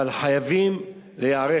אבל חייבים להיערך.